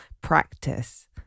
practice